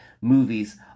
movies